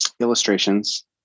illustrations